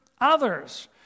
others